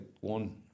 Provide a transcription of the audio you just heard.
one